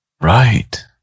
Right